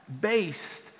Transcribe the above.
based